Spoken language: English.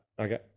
Okay